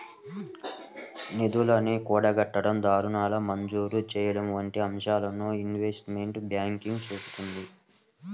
నిధుల్ని కూడగట్టడం, రుణాల మంజూరు చెయ్యడం వంటి అంశాలను ఇన్వెస్ట్మెంట్ బ్యాంకింగ్ చూత్తుంది